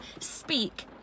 speak